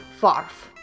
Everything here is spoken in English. Farf